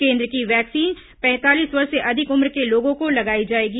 केन्द्र की वैक्सीन पैंतालीस वर्ष से अधिक उम्र के लोगों को लगाई जाएगी